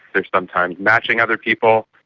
they're sometime matching other people.